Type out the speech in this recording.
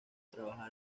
trabajar